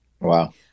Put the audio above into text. Wow